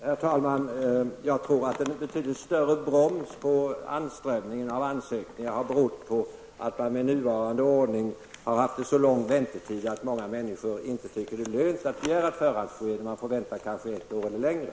Herr talman! Jag tror att den betydligt större bromsen på anströmningen av ansökningar har berott på att man med nuvarande ordning har haft så lång väntetid att många människor inte tycker det är lönt att begära förhandsbesked, när man kan få vänta kanske ett år eller längre.